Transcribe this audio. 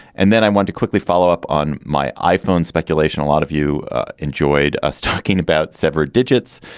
and then i want to quickly follow up on my iphone speculation. a lot of you enjoyed us talking about separate digits,